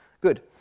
Good